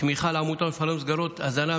תמיכה לעמותות המפעילות מסגרות הזנה,